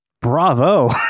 Bravo